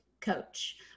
coach